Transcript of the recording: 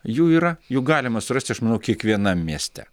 jų yra jų galima surasti aš manau kiekvienam mieste